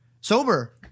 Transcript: Sober